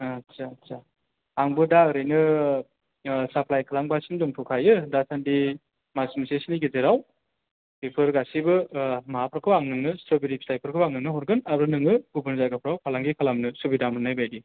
आथ्सा आथ्सा आंबो दा ओरैनो ओ साप्लाय खालामगासिनो दंथ'खायो दासान्दि मास मोनसेसोनि गेजेराव बेफोर गासैबो ओ माबाफोरखौ आं नोंनो स्ट्र'बेरि फिथाइफोरखौ आं नोंनो हरगोन आरो नोङो गुबुन जायगाफ्राव फालांगि खालामनो सुबिदा मोननाय बायदि